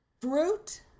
fruit